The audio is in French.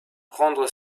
prendre